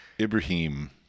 Ibrahim